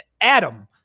Adam